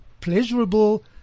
pleasurable